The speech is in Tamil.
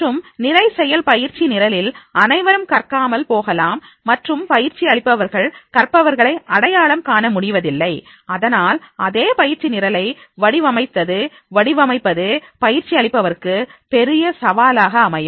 மற்றும் நிறை செயல் பயிற்சி நிரலில் அனைவரும் கற்காமல் போகலாம் மற்றும் பயிற்சி அளிப்பவர்கள் கற்பவர்களை அடையாளம் காண முடிவதில்லை அதனால் அதே பயிற்சி நிரலை வடிவமைத்தது வடிவமைப்பது பயிற்சி அளிப்பவருக்கு பெரிய சவாலாக அமையும்